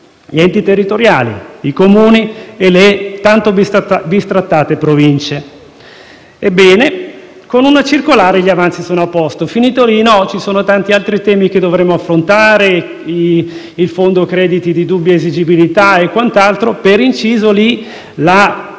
Gli enti territoriali, i Comuni e le tanto bistrattate Province. Ebbene, con una circolare gli avanzi sono a posto. Tutto qui? No, ci sono tanti altri temi che dovremo affrontare: il fondo crediti di dubbia esigibilità, per esempio. Per inciso, la